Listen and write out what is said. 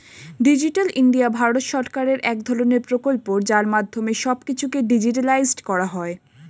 digital India Bharat সরকারের এক ধরণের প্রকল্প যার মাধ্যমে সব কিছুকে ডিজিটালাইসড করা হয়